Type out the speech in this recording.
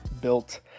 built